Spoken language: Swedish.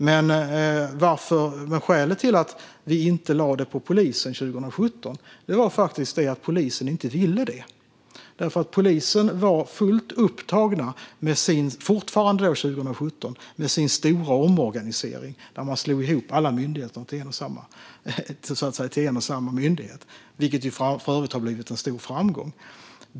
Men skälet till att vi inte lade detta på polisen 2017 var faktiskt att polisen inte ville det, för polisen var fortfarande 2017 fullt upptagen av sin stora omorganisering, där man slog ihop alla myndigheterna till en och samma myndighet. Det är något som för övrigt har blivit en stor framgång.